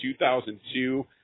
2002